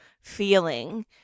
feeling